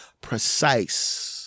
precise